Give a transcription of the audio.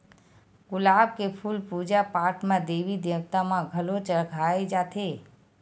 गुलाब के फूल पूजा पाठ म देवी देवता म घलो चघाए जाथे